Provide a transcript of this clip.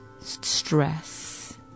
stress